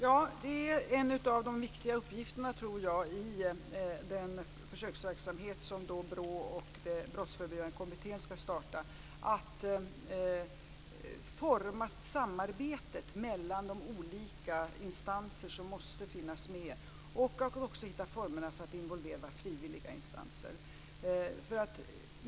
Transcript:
Fru talman! En av de viktiga uppgifterna i den försöksverksamhet som BRÅ och Brottsförebyggande kommittén skall starta är att forma ett samarbete mellan de olika instanser som måste finnas med och också hitta formerna för att involvera frivilliga instanser.